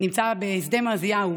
נמצא בשדה עוזיהו,